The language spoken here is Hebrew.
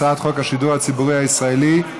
הצעת חוק השידור הציבורי הישראלי.